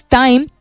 time